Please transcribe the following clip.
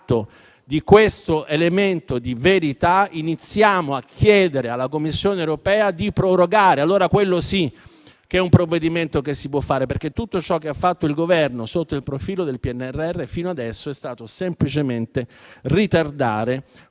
di questo elemento di verità. Iniziamo a chiedere una proroga alla Commissione europea; quello sì che è un provvedimento che si può fare. Tutto ciò che ha fatto il Governo sotto il profilo del PNRR fino adesso è stato semplicemente ritardare